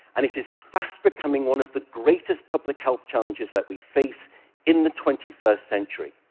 and it's fast becoming one of the greatest public health challenges that we face in the twenty first century.